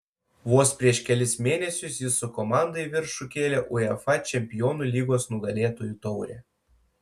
vos prieš kelis mėnesius jis su komanda į viršų kėlė uefa čempionų lygos nugalėtojų taurę